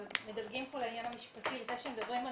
אבל מדלגים פה לעניין המשפטי לפני שמדברים על